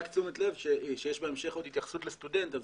רק תשומת לב שיש בהמשך עוד התייחסות לסטודנט.